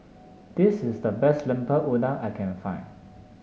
this is the best Lemper Udang I can find